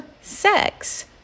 sex